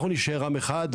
אנחנו נשאר עם אחד,